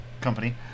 company